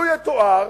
לו יתואר